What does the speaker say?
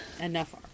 enough